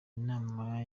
inama